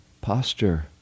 posture